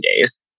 days